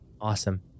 Awesome